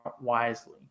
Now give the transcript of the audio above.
wisely